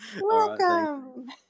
welcome